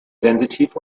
sensitiv